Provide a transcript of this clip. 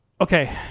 Okay